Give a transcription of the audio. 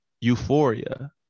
Euphoria